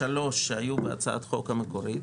(3), שהיו בהצעת החוק המקורית.